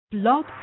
Blog